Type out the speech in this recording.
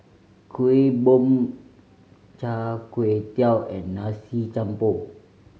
Kuih Bom Char Kway Teow and Nasi Campur